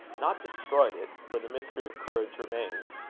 not destroyed it for the mystery of courage remains.